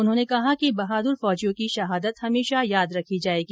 उन्होंने कहा कि बहाद्र फौजियों की शहादत हमेशा याद रखी जाएगी